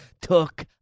took